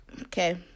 okay